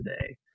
today